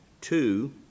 two